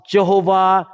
Jehovah